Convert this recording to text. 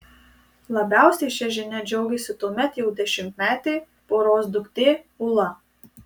labiausiai šia žinia džiaugėsi tuomet jau dešimtmetė poros duktė ula